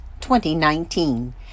2019